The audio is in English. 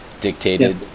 dictated